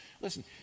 Listen